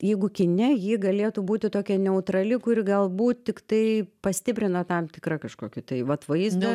jeigu kine ji galėtų būti tokia neutrali kuri galbūt tiktai pastiprina tam tikrą kažkokį tai vat vaizdą